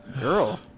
Girl